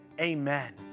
amen